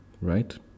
right